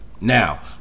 Now